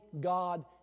God